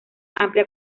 amplia